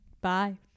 Bye